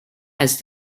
has